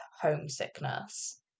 homesickness